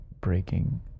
breaking